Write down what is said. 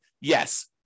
yes